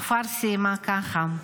נופר סיימה ככה,